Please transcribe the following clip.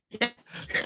Yes